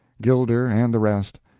gilder, and the rest.